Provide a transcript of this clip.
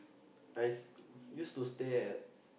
I used to stay at